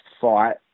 fight